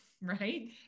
right